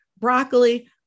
broccoli